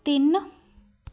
ਤਿੰਨ